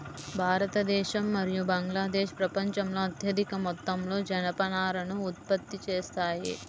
భారతదేశం మరియు బంగ్లాదేశ్ ప్రపంచంలో అత్యధిక మొత్తంలో జనపనారను ఉత్పత్తి చేస్తాయి